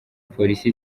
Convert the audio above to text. polisi